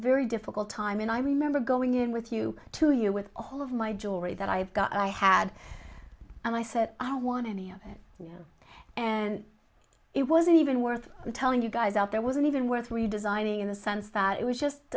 very difficult time and i remember going in with you to you with all of my jewelry that i've got i had and i said i want any of you and it wasn't even worth telling you guys out there wasn't even worth redesigning in the sense that it was just